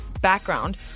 Background